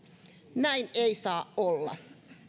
näin ei saa olla